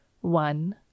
One